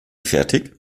fertig